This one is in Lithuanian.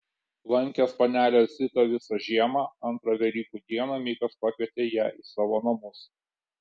lankęs panelę zitą visą žiemą antrą velykų dieną mikas pakvietė ją į savo namus